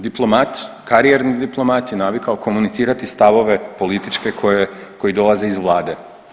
Diplomat, karijerni diplomat je navikao komunicirati stavove političke koje, koji dolaze iz vlade.